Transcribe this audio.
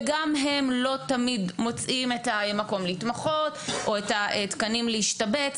וגם הם לא תמיד מוצאים את מקום להתמחות או תקנים להשתבץ.